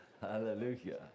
Hallelujah